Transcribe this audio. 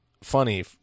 funny